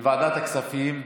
לוועדת הכספים.